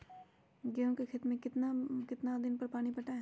गेंहू के खेत मे कितना कितना दिन पर पानी पटाये?